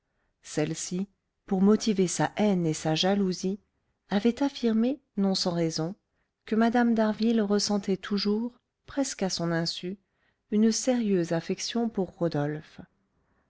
celle-ci pour motiver sa haine et sa jalousie avait affirmé non sans raison que mme d'harville ressentait toujours presque à son insu une sérieuse affection pour rodolphe